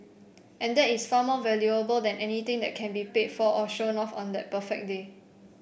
and that is far more valuable than anything that can be paid for or shown off on that perfect day